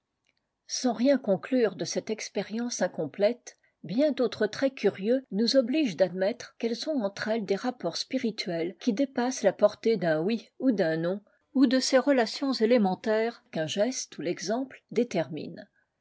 sans rien conclure de celte expérience incomplète bien d'autres traits curieux nous obligent d'admettre qu'elles ont entre elles des rapports spirituels qui dépassent la portée d'un oui ou d'un non ou de ces relations élémentaires qu'un geste ou l'exemple déterminent